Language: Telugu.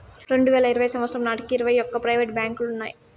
రెండువేల ఇరవై సంవచ్చరం నాటికి ఇరవై ఒక్క ప్రైవేటు రంగ బ్యాంకులు ఉన్నాయి